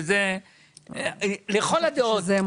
לכל הדעות,